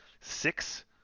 six